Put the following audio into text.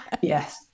Yes